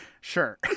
Sure